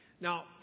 Now